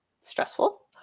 stressful